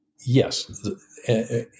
yes